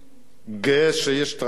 גאה שיש תהליך כזה,